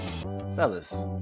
Fellas